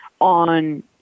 on